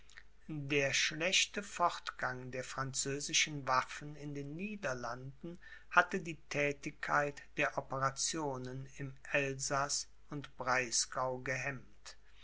der schlechte fortgang der französischen waffen in den niederlanden hatte die thätigkeit der operationen im elsaß und breisgau gehemmt